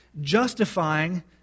justifying